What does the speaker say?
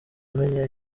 amenya